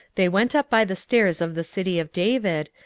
they went up by the stairs of the city of david,